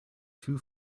two